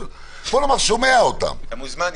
אבל שומע אותם --- אתה מוזמן.